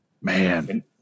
man